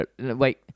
Wait